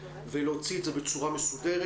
ולהוציא את זה בצורה מסודרת.